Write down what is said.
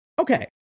okay